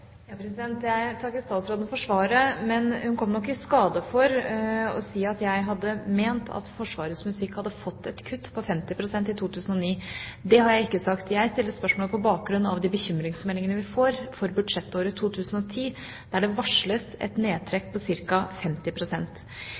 Jeg takker statsråden for svaret, men hun kom nok i skade for å si at jeg hadde ment at Forsvarets musikk hadde fått et kutt på 50 pst. i 2009. Det har jeg ikke sagt. Jeg stiller spørsmålet på bakgrunn av de bekymringsmeldingene vi får for budsjettåret 2010, der det varsles et nedtrekk på